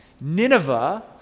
Nineveh